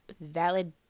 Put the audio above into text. valid